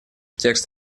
текст